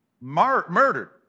murdered